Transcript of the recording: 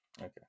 Okay